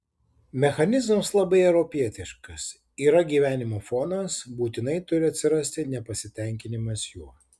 mechanizmas labai europietiškas yra gyvenimo fonas būtinai turi atsirasti nepasitenkinimas juo